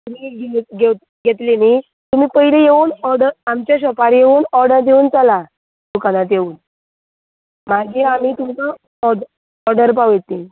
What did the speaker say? तुमी घे घे घेतली न्ही तुमी पयली येवन ऑर्डर आमचे शोपार येवन ऑर्डर दिवन चला दुकानांत येवन मागीर आमी तुमकां ऑड ऑर्डर पावयतली